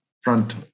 front